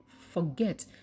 forget